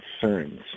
concerns